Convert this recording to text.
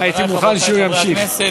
חברי וחברותי חברי הכנסת,